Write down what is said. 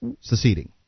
seceding